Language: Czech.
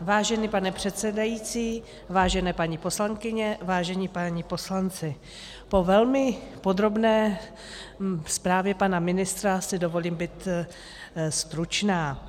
Vážený pane předsedající, vážené paní poslankyně, vážení páni poslanci, po velmi podrobné zprávě pana ministra si dovolím být stručná.